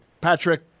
Patrick